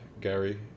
Gary